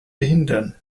behindern